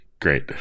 great